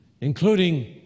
Including